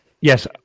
yes